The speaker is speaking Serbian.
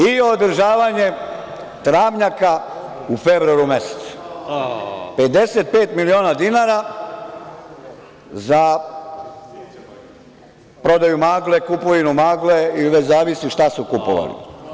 I, održavanje travnjaka u februaru mesecu, 55 miliona dinara za prodaju magle, kupovinu magle ili već zavisi šta su kupovali.